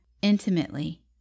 intimately